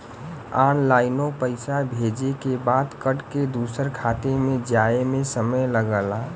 ऑनलाइनो पइसा भेजे के बाद कट के दूसर खाते मे जाए मे समय लगला